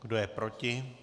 Kdo je proti?